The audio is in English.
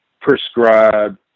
prescribe